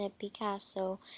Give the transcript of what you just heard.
Picasso